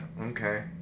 okay